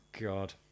God